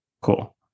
Cool